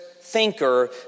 thinker